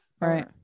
Right